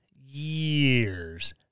years